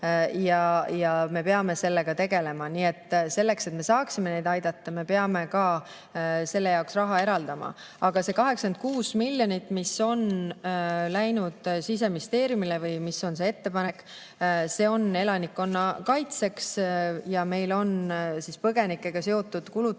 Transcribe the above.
Me peame sellega tegelema. Selleks, et me saaksime neid aidata, me peame ka selle jaoks raha eraldama. Aga see 86 miljonit, mis on läinud Siseministeeriumile või mis on see ettepanek, on elanikkonnakaitsele. Meil on põgenikega seotud kulutusi